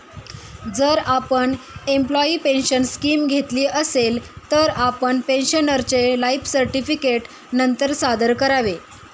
जर आपण employee pension scheme घेतली असेल, तर आपण पेन्शनरचे लाइफ सर्टिफिकेट नंतर सादर करावे